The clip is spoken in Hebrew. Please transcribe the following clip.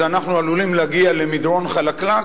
אנחנו עלולים להגיע למדרון חלקלק,